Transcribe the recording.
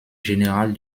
générale